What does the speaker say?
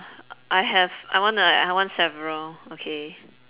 uh I have I want uh I want several okay